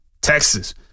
Texas